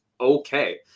okay